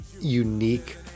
unique